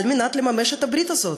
על מנת לממש את הברית הזאת?